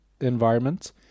environment